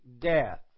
death